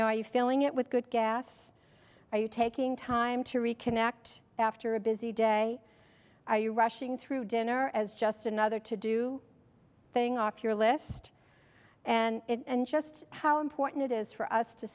know are you filling it with good gas are you taking time to reconnect after a busy day are you rushing through dinner as just another to do thing off your list and just how important it is for us to